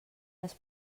les